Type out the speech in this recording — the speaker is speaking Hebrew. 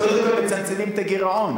אז קודם כול מצמצמים את הגירעון.